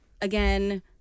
again